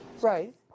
Right